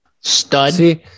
Stud